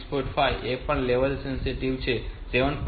5 તે પણ level sensitive છે 7